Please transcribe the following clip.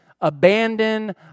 Abandon